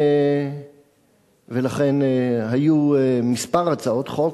ולכן היו כמה הצעות חוק,